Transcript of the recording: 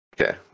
Okay